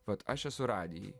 vat aš esu radijuj